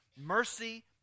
mercy